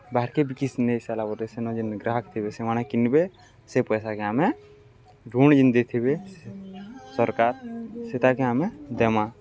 ବାହାର୍କେ ବିକି ନେଇ ସାର୍ଲା ପରେ ସେନ ଯେନ୍ ଗ୍ରାହକ୍ ଥିବେ ସେମାନେ କିନ୍ବେ ସେ ପଏସାକେ ଆମେ ଋଣ୍ ଯେନ୍ ଦେଇଥିବେ ସର୍କାର୍ ସେଟାକେ ଆମେ ଦେମା